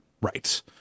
right